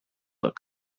look